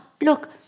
Look